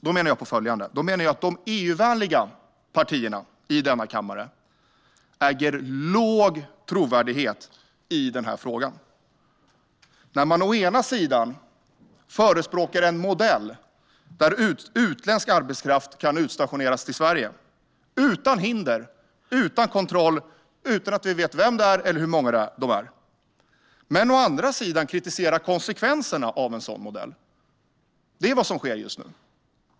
Då menar jag följande: De EU-vänliga partierna i denna kammare äger låg trovärdighet i den här frågan. Å ena sidan förespråkar de en modell där utländsk arbetskraft kan utstationeras till Sverige utan hinder och kontroll och utan att vi vet vilka eller hur många de är, men å andra sidan kritiserar de konsekvenserna av en sådan modell. Det är vad som sker just nu.